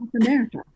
America